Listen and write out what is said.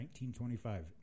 1925